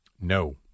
No